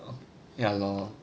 ya lor